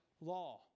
law